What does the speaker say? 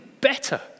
better